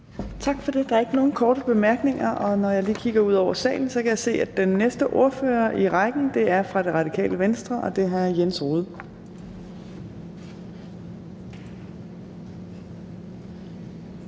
Tak for det. Der er ikke nogen korte bemærkninger. Og når jeg lige kigger ud over salen, kan jeg se, at den næste ordfører i rækken er fra Radikale Venstre, og det er hr. Jens Rohde.